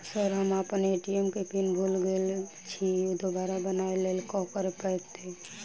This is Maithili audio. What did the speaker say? सर हम अप्पन ए.टी.एम केँ पिन भूल गेल छी दोबारा बनाब लैल की करऽ परतै?